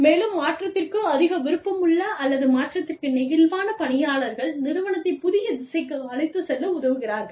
மேலும் மாற்றத்திற்கு அதிக விருப்பமுள்ள அல்லது மாற்றத்திற்கு நெகிழ்வான பணியாளர்கள் நிறுவனத்தை புதிய திசைக்கு அழைத்துச் செல்ல உதவுகிறார்கள்